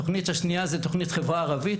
התוכנית השנייה זו תוכנית חברה ערבית.